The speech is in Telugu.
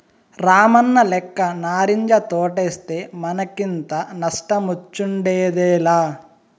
రామన్నలెక్క నారింజ తోటేస్తే మనకింత నష్టమొచ్చుండేదేలా